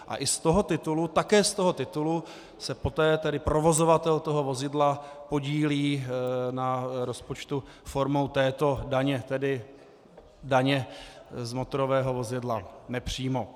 A i z toho titulu, také z toho titulu, se poté provozovatel toho vozidla podílí na rozpočtu formou této daně, tedy daně z motorového vozidla nepřímo.